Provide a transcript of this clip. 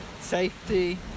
Safety